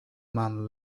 man